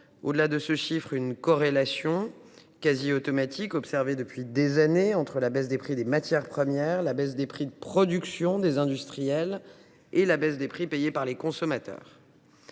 depuis des années une corrélation quasi automatique entre la baisse des prix des matières premières, la baisse des prix de production des industriels, et la baisse des prix payés par les consommateurs.